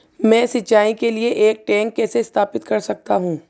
मैं सिंचाई के लिए एक टैंक कैसे स्थापित कर सकता हूँ?